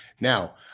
now